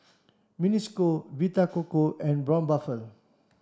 Mini School Vita Coco and Braun Buffel